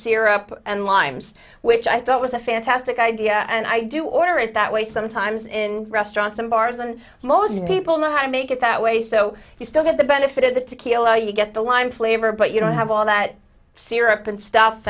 syrup and limes which i thought was a fantastic idea and i do order it that way sometimes in restaurants and bars and most people know how to make it that way so you still get the benefit of the tequila you get the lime flavor but you don't have all that syrup and stuff